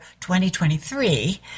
2023